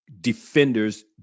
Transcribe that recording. defenders